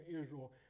Israel